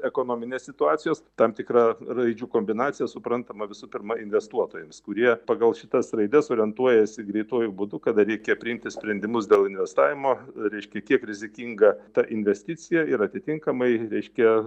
ekonominės situacijos tam tikra raidžių kombinacija suprantama visų pirma investuotojams kurie pagal šitas raides orientuojasi greituoju būdu kada reikia priimti sprendimus dėl investavimo reiškia kiek rizikinga ta investicija ir atitinkamai reiškia